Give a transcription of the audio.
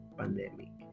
pandemic